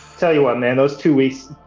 tell you what, man, those two weeks,